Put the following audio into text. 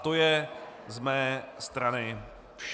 To je z mé strany vše.